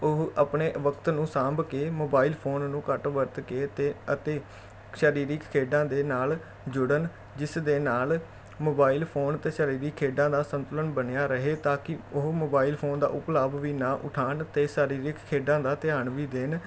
ਉਹ ਆਪਣੇ ਵਕਤ ਨੂੰ ਸਾਂਭ ਕੇ ਮੋਬਾਇਲ ਫੋਨ ਨੂੰ ਘੱਟ ਵਰਤ ਕੇ ਤੇ ਅਤੇ ਸਰੀਰਿਕ ਖੇਡਾਂ ਦੇ ਨਾਲ ਜੁੜਨ ਜਿਸ ਦੇ ਨਾਲ ਮੋਬਾਇਲ ਫੋਨ ਅਤੇ ਸਰੀਰਿਕ ਖੇਡਾਂ ਦਾ ਸੰਤੁਲਨ ਬਣਿਆ ਰਹੇ ਤਾਂ ਕਿ ਉਹ ਮੋਬਾਇਲ ਫੋਨ ਦਾ ਉਪਲਾਭ ਵੀ ਨਾ ਉਠਾਉਣ ਅਤੇ ਸਰੀਰਿਕ ਖੇਡਾਂ ਦਾ ਧਿਆਨ ਵੀ ਦੇਣ